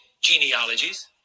genealogies